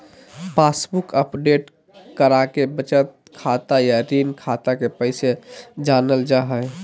passbook update कराके बचत खाता या ऋण खाता के पैसा जानल जा हय